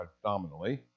predominantly